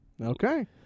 Okay